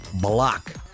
block